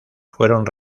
fueron